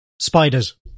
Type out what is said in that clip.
spiders